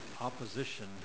Opposition